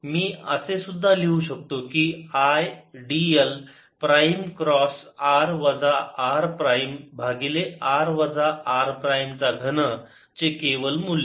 मी असे सुद्धा लिहू शकतो की I dl prime cross r वजा r प्राईम भागिले r वजा r प्राईम चा घन चे केवल मूल्य